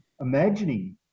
imagining